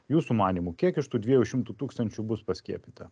jūsų manymu kiek iš tų dviejų šimtų tūkstančių bus paskiepyta